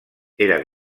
era